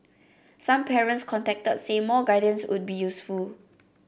some parents contacted said more guidance would be useful